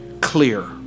clear